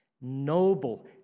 noble